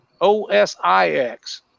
OSIX